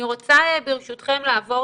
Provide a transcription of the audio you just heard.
אני רוצה, ברשותכם, לעבור